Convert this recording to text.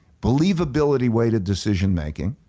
believability way to decision making,